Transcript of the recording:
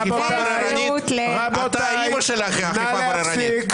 מר רוטמן, הפריעו לי בלי סוף לדבר, הערתי הערה אחת